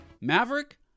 Maverick